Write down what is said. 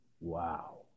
Wow